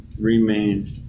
remain